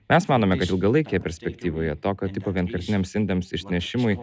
mes manome kad ilgalaikėje perspektyvoje tokio tipo vienkartiniams indams išsinešimui